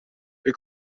või